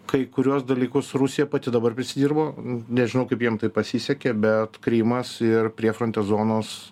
kai kuriuos dalykus rusija pati dabar prisidirbo nežinau kaip jiem taip pasisekė bet krymas ir priefrontės zonos